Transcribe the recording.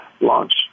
launch